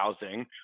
housing